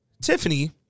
Tiffany